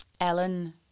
Ellen